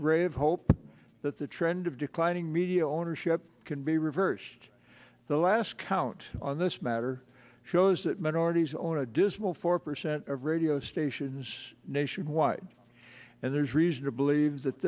of hope that the trend of declining media ownership can be reversed the last count on this matter shows that minorities own a dismal four percent of radio stations nationwide and there's reason to believe that